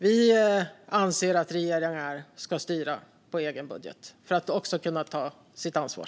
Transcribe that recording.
Vi anser att regeringar ska styra på egen budget för att kunna ta sitt ansvar.